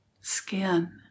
skin